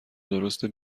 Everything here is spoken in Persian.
درسته